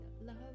love